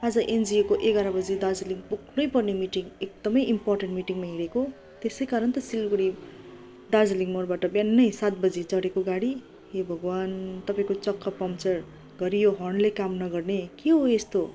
आज एनजिओको एघार बजे दार्जिलिङ पुग्नै पर्ने मिटिङ एकदमै इम्पोर्टेन्ट मिटिङमा हिँडेको त्यसै कारण त सिलगडी दार्जिलिङ मोडबाट बिहानै सात बजी चढेको गाडी हे भगवान् तपाईँको चक्का पङ्चर र घरी यो हर्नले काम नगर्ने के हो यस्तो